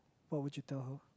what would you tell her